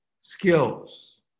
skills